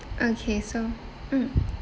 okay so mm